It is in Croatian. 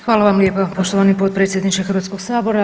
Hvala vam lijepo poštovani potpredsjedniče Hrvatskoga sabora.